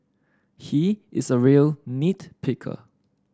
he is a real nit picker